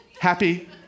happy